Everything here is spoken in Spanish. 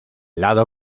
lado